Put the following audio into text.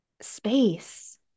space